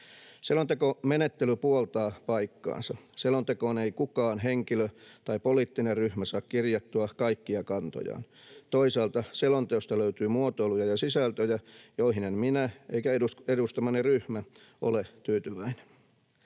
Selontekomenettely puoltaa paikkaansa. Selontekoon ei kukaan henkilö tai poliittinen ryhmä saa kirjattua kaikkia kantojaan. Toisaalta selonteosta löytyy muotoiluja ja sisältöjä, joihin en minä eikä edustamani ryhmä ole tyytyväinen.